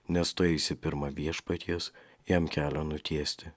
nes tu eisi pirma viešpaties jam kelio nutiesti